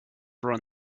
run